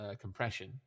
compression